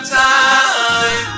time